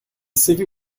civil